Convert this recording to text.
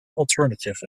alternatives